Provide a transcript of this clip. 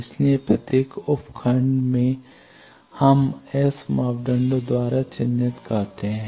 इसलिए प्रत्येक उप खंड हम एस मापदंडों द्वारा चिह्नित करते हैं